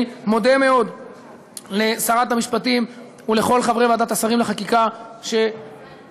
אני מודה מאוד לשרת המשפטים ולכל חברי ועדת השרים לחקיקה שתמכו.